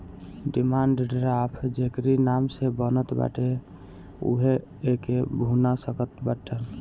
demand draft जेकरी नाम से बनत बाटे उहे एके भुना सकत बाटअ